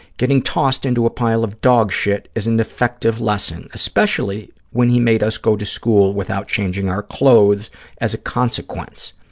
getting tossed into a pile of dog shit is an effective lesson, especially when he made us go to school without changing our clothes as a consequence.